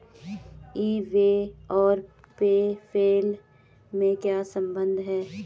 ई बे और PayPal में क्या संबंध है?